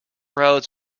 roads